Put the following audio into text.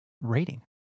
rating